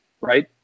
right